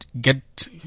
get